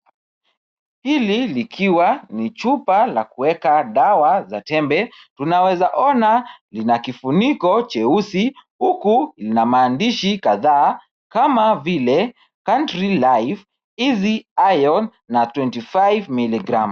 Hili likiwa ni chupa la kueka dawa za tembe tunaeza ona lina kifuniko cheusi huku lina maandishi kadhaa kama vile country life, easy iron na 25 milligram